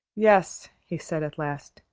yes, he said at last.